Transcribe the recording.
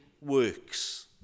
works